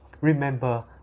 remember